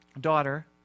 daughter